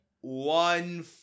one